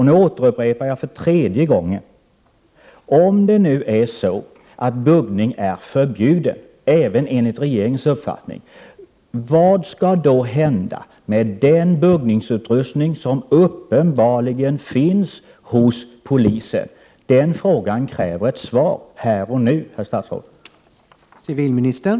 Jag upprepar för tredje gången frågan om vad som skall hända med den buggningsutrustning som uppenbarligen finns hos polisen, om buggning är förbjuden även enligt regeringens uppfattning. Den frågan kräver ett svar här och nu, herr statsråd.